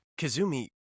Kazumi